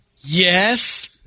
Yes